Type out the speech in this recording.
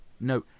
No